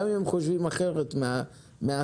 גם אם הם חושבים אחרת מהשרה.